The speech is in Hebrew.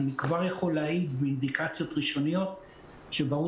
אני כבר יכול להעיד מאינדיקציות ראשוניות שברור